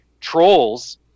trolls